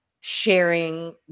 sharing